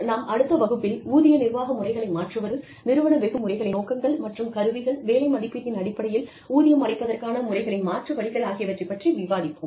நாம் அடுத்த வகுப்பில் ஊதிய நிர்வாக முறைகளை மாற்றுவது நிறுவன வெகுமதி முறைகளின் நோக்கங்கள் மற்றும் கருவிகள் வேலை மதிப்பீட்டின் அடிப்படையில் ஊதியம் அளிப்பதற்கான முறைகளின் மாற்று வழிகள் ஆகியவை பற்றி விவாதிப்போம்